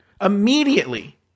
Immediately